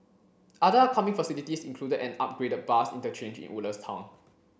other upcoming facilities included an upgraded bus interchange in Woodlands town